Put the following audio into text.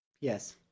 Yes